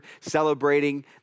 celebrating